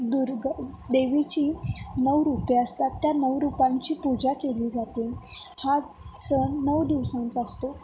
दुर्गा देवीची नऊ रुपे असतात त्या नऊ रुपांची पूजा केली जाते हा सण नऊ दिवसांचा असतो